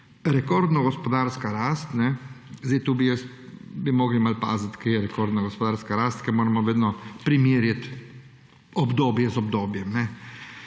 Rekordna gospodarska rast – tukaj bi morali malo paziti, kje je rekordna gospodarska rast, ki jo moramo vedno primerjati obdobje z obdobjem.